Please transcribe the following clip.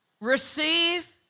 Receive